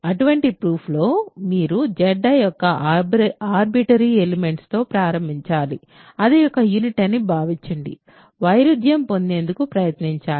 అటువంటి ప్రూఫ్ లో మీరు Zi యొక్క ఆర్బిటరీ ఎలిమెంట్తో ప్రారంభించాలి అది ఒక యూనిట్ అని భావించి వైరుధ్యం పొందేందుకు ప్రయత్నించాలి